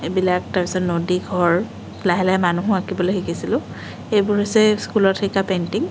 এইবিলাক তাৰপিছত নদী ঘৰ লাহে লাহে মানুহো আকিবলৈ শিকিছিলোঁ এইবোৰ হৈছে স্কুলত শিকা পেইণ্টিং